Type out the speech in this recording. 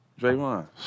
Draymond